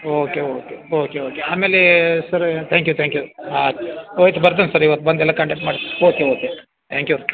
okay okay okay okay ಆಮೇಲೆ sir thank you thank you ಹಾಂ okay ಬರ್ತೀನಿ sir ಇವತ್ತು ಬಂದು ಎಲ್ಲ ಕಾಂಟಾಕ್ಟ್ ಮಾಡಿ ಓಕೆ ಓಕೆ ತ್ಯಾಂಕ್ ಯು